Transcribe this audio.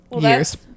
years